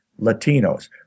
Latinos